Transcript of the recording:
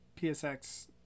PSX